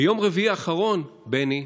ביום רביעי האחרון, בני,